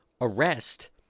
arrest